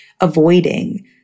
avoiding